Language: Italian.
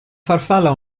farfalla